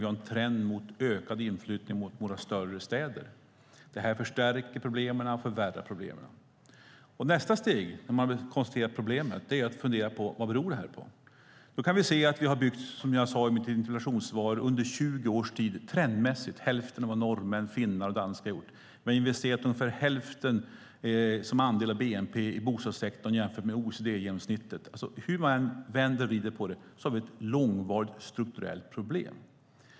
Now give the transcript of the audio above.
Vi har en trend mot ökad inflyttning till våra större städer. Det här förstärker problemen och förvärrar problemen. Nästa steg, när man har konstaterat problemet, är att fundera på vad det här beror på. Då kan vi se att vi under 20 års tid trendmässigt har byggt, som jag sade i mitt interpellationssvar, hälften av vad norrmän, finnar och danskar har gjort. Vi har investerat ungefär hälften som andel av bnp i bostadssektorn jämfört med OECD-genomsnittet. Hur man än vänder och vrider på det har vi alltså ett långvarigt strukturellt problem.